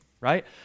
right